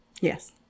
Yes